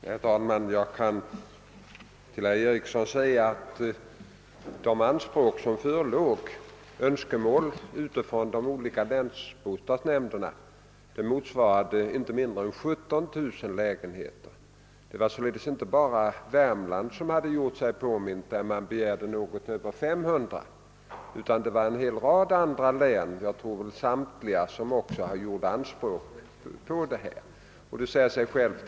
Herr talman! Jag kan till herr Eriksson i Arvika säga att de önskemål om höjda låneramar som förelåg från de olika länsbostadsnämnderna motsvarade inte mindre än 17000 lägenheter. Det var således inte bara Värmlands län som hade gjort sig påmint med sin begäran om ca 500 lägenheter, utan jag tror att samtliga övriga länsbostadsnämnder också hade ställt långtgående anspråk.